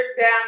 down